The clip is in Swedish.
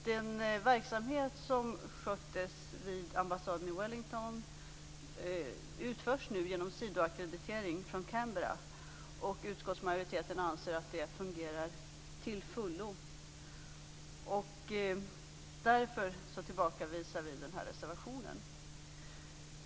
Den verksamhet som sköttes vid ambassaden i Wellington utförs nu genom sidoackreditering från Canberra, och utskottsmajoriteten anser att det fungerar till fullo. Därför tillbakavisar vi den här reservationen.